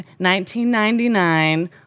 1999